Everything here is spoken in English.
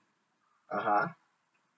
(uh huh)